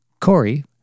Corey